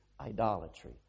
idolatry